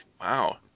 Wow